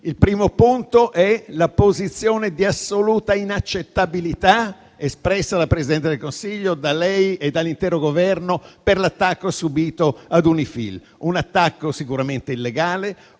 parlamentari, è la posizione di assoluta inaccettabilità espressa dal Presidente del Consiglio, da lei e dall'intero Governo per l'attacco subito da UNIFIL; un attacco sicuramente illegale,